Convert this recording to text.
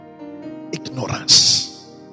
Ignorance